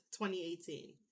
2018